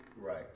Right